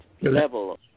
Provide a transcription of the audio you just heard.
level